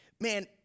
man